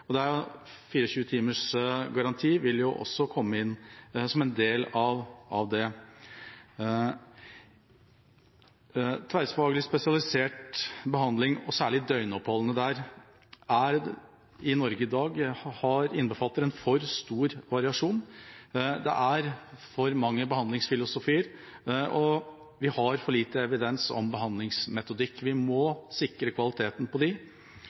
garanti vil også komme inn som en del av det. Tverrfaglig spesialisert behandling, og særlig med døgnopphold, innbefatter i Norge i dag en for stor variasjon. Det er for mange behandlingsfilosofier, og vi har for lite evidens om behandlingsmetodikk. Vi må sikre kvaliteten på